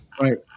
Right